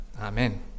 Amen